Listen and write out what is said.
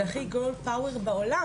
זה כי girl power בעולם.